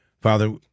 Father—